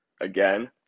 again